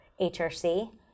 HRC